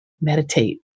meditate